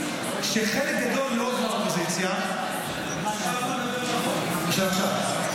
שחלק גדול מאוד מהאופוזיציה --- עכשיו אתה מדבר על החוק של הרבנים?